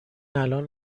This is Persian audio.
الان